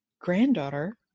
granddaughter